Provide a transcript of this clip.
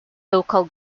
local